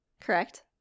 correct